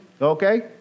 okay